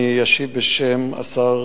אני אשיב בשם שר